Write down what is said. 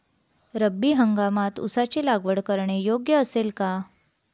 रब्बी हंगामात ऊसाची लागवड करणे योग्य असेल का?